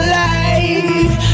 life